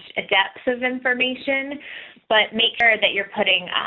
ah depths of information but maker that you're putting